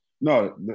No